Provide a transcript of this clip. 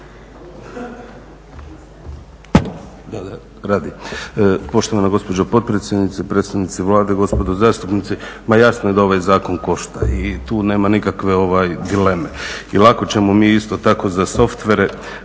(ID - DI)** Poštovana gospođo potpredsjednice, predstavnici Vlade, gospodo zastupnici. Ma jasno je da ovaj zakon košta i tu nema nikakve dileme i lako ćemo mi isto tako za softvere,